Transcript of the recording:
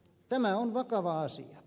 tämä on vakava asia